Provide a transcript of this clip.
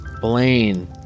Blaine